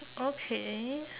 okay